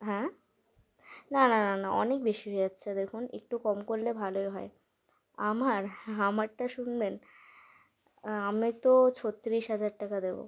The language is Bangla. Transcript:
হ্যাঁ না না না না অনেক বেশি হয়ে যাচ্ছে দেখুন একটু কম করলে ভালোই হয় আমার হ্যাঁ আমারটা শুনবেন আমি তো ছত্তিশ হাজার টাকা দেবো